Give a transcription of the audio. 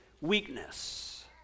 Weakness